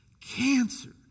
Cancer